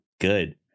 good